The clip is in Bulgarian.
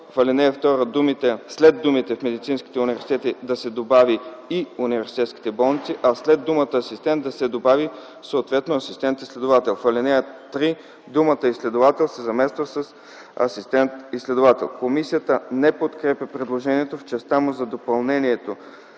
в ал. 2 след думите „в медицинските университети” да се добави „и университетските болници”, а след думата „асистент” да се добави съответно „асистент изследовател”. В ал. 3 думата „изследовател” се замества с „асистент изследовател”. Комисията не подкрепя предложението в частта му за допълнението